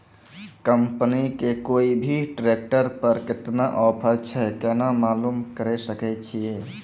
Company के कोय भी ट्रेक्टर पर केतना ऑफर छै केना मालूम करऽ सके छियै?